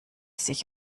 sich